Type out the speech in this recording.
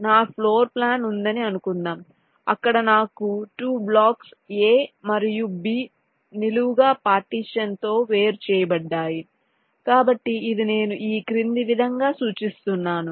నాకు ఫ్లోర్ప్లాన్ ఉందని అనుకుందాం అక్కడ నాకు 2 బ్లాక్స్ A మరియు B నిలువుగా పార్టీషన్ తో వేరు చేయబడ్డాయి కాబట్టి ఇది నేను ఈ క్రింది విధంగా సూచిస్తున్నాను